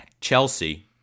Chelsea